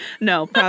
no